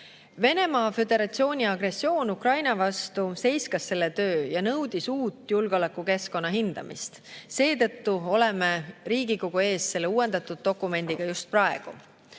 Venemaa Föderatsiooni agressioon Ukraina vastu seiskas selle töö ja nõudis uut julgeolekukeskkonna hindamist. Seetõttu oleme Riigikogu ees selle uuendatud dokumendiga just praegu.